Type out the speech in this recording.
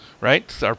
right